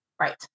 Right